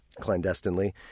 clandestinely